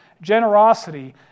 generosity